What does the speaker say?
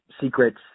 secrets